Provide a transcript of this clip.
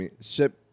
Ship